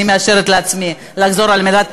ואני מאשרת לעצמי לחזור על המילה,